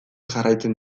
jarraitzen